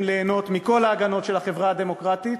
ליהנות מכל ההגנות של החברה הדמוקרטית.